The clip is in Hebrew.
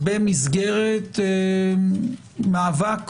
במסגרת מאבק